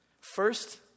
First